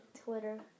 Twitter